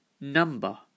Number